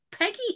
Peggy